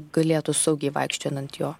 galėtų saugiai vaikščiot ant jo